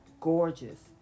gorgeous